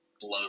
blow